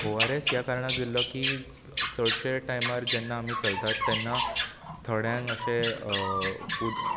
ORS ह्या कारणाक दिल्लो की चडश्या टायमार आमी जेन्ना चलतात तेन्ना थोड्यांक अशें उद